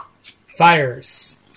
fires